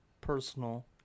personal